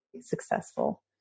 successful